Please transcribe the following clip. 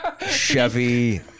Chevy